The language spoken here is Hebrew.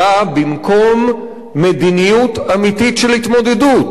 באה במקום מדיניות אמיתית של התמודדות,